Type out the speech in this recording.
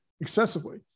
excessively